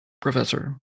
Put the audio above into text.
Professor